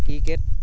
cricket